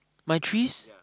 my trees